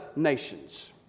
nations